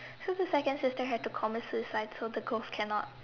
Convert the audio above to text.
so the second sister had to commit suicide so the ghost cannot